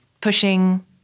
pushing